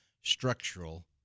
structural